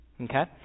Okay